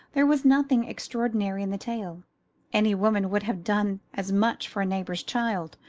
there was nothing extraordinary in the tale any woman would have done as much for a neighbour's child.